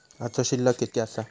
आजचो शिल्लक कीतक्या आसा?